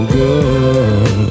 good